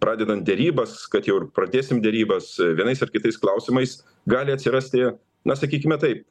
pradedant derybas kad jau ir pradėsim derybas vienais ar kitais klausimais gali atsirasti na sakykime taip